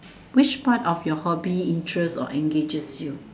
which part of your hobby interests or engages you